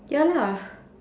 ya lah